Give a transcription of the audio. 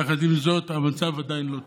יחד עם זאת, המצב עדיין לא טוב.